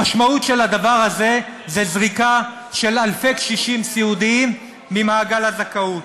המשמעות של הדבר הזה זו זריקה של אלפי קשישים סיעודיים ממעגל הזכאות.